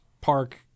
park